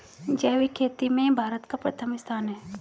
जैविक खेती में भारत का प्रथम स्थान है